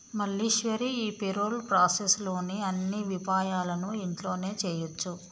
మల్లీశ్వరి ఈ payroll process లోని అన్ని విపాయాలను ఇంట్లోనే చేయొచ్చు